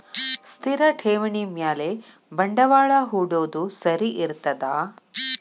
ಸ್ಥಿರ ಠೇವಣಿ ಮ್ಯಾಲೆ ಬಂಡವಾಳಾ ಹೂಡೋದು ಸರಿ ಇರ್ತದಾ?